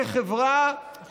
כחברה,